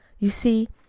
you see,